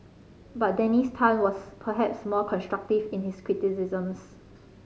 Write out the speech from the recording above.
but Dennis Tan was perhaps more constructive in his criticisms